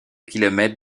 kilomètre